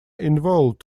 involved